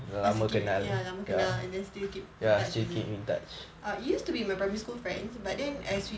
ya lama kenal and then still keep in touch with err it use to be my primary school friend but then as we